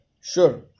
Sure